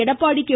Edappadi K